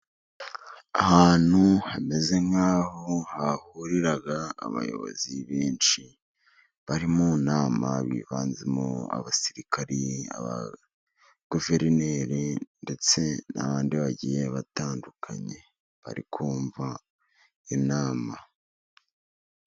Ahantu hameze nk'aho hahurira abayobozi benshi bari mu nama biganjemo abasirikari, aba guverineri ndetse n'abandi bagiye batandukanye bari kumva inama.